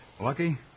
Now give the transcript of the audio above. Lucky